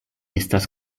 estas